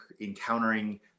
encountering